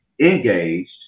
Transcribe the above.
engaged